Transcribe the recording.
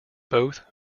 both